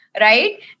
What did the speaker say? right